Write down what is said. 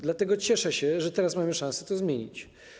Dlatego cieszę się, że teraz mamy szansę to zmienić.